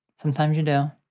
sometimes you do.